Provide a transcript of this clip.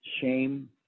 shame